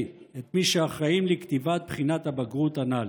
את מי שאחראים לכתיבת בחינת הבגרות הנ"ל.